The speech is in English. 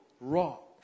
rock